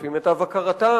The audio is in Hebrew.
לפי מיטב הכרתם.